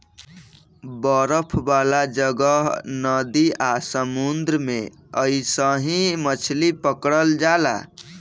बरफ वाला जगह, नदी आ समुंद्र में अइसही मछली पकड़ल जाला